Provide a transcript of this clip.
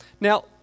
Now